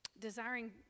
desiring